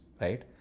right